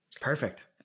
Perfect